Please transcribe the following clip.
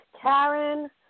Karen